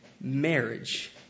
marriage